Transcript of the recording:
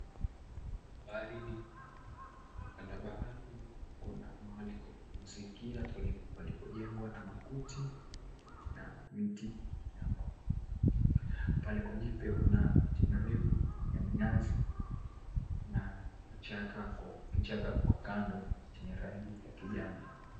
Baharini, kando ya bahari kuna mahali kwa kupumzikia palipojengwa na makuti na miti ya mbao. Pahali kwenyewe pia kuna miti mirefu ya minazi na kichaka kando chenye rangi ya kijani.